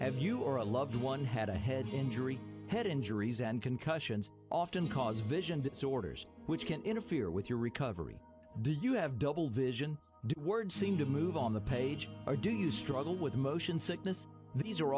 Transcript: have you or a loved one had a head injury head injuries and concussions often cause vision disorders which can interfere with your recovery do you have double vision words seem to move on the page or do you struggle with motion sickness these are